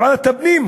לוועדת הפנים,